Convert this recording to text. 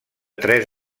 tres